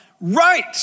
Right